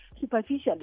superficially